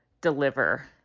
deliver